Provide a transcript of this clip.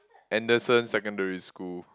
Henderson secondary school